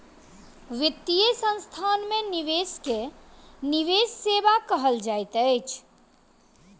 वित्तीय संस्थान में निवेश के निवेश सेवा कहल जाइत अछि